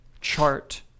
chart